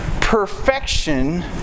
perfection